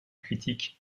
critiques